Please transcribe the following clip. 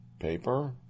paper